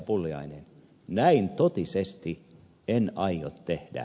pulliainen näin totisesti en aio tehdä